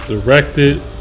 directed